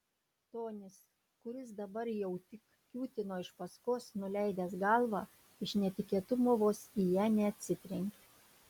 tonis kuris dabar jau tik kiūtino iš paskos nuleidęs galvą iš netikėtumo vos į ją neatsitrenkė